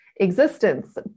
existence